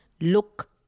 look